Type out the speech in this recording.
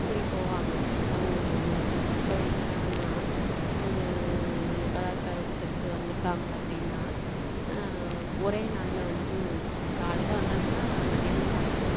இப்படி போவாங்க அவங்கவுங்க ஊருக்கு இப்போ என்னடான்னா ஒரு கலாச்சார கூட்டத்துக்கு வந்திருக்காங்க அப்படின்னா ஒரே நாளில் வந்துட்டு காலையில் வந்தாங்கன்னால் மத்தியானம் சாப்பிட்டு